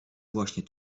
właśnie